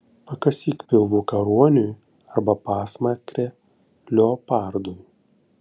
pakasyk pilvuką ruoniui arba pasmakrę leopardui